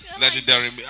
Legendary